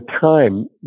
time